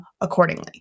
accordingly